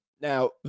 now